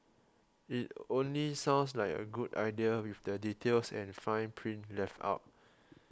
it only sounds like a good deal with the details and fine print left out